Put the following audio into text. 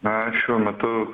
na šiuo metu